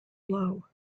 blow